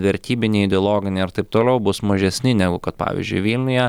vertybiniai ideologiniai ar taip toliau bus mažesni negu kad pavyzdžiui vilniuje